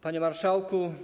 Panie Marszałku!